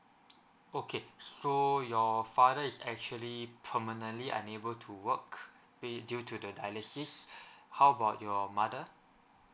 okay so your father is actually permanently unable to work may~ due to the dialysis how about your mother